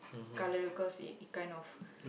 colour because it it kind of